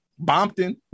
Bompton